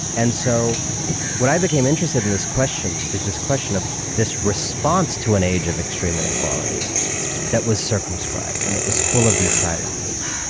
and so what i became interested in this question, is this question of this response to an age of extreme inequality that was circumscribed and that was full of these silences.